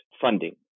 funding